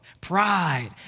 Pride